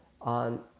on